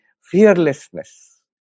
fearlessness